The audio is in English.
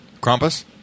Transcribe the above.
Krampus